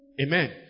Amen